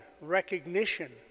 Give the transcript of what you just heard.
recognition